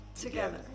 Together